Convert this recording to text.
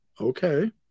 Okay